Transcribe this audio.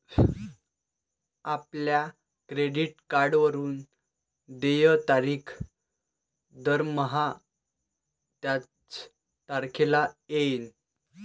आपल्या क्रेडिट कार्डवरून देय तारीख दरमहा त्याच तारखेला येईल